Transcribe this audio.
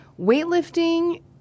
weightlifting